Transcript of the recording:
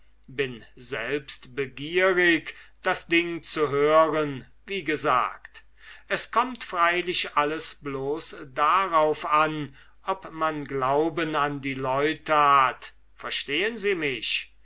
bin selbst begierig das ding zu hören wie gesagt es kommt freilich alles bloß darauf an ob man glauben an die leute hat verstehen sie mich